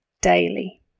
daily